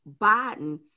Biden